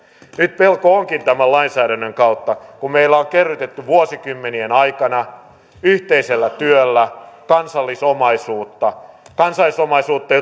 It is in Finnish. nyt pelko onkin tämän lainsäädännön kautta kun meillä on kerrytetty vuosikymmenien aikana yhteisellä työllä kansallisomaisuutta kansallisomaisuutta